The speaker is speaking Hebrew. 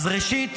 אדוני היושב-ראש,